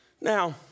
Now